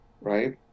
right